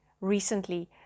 recently